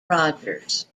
rogers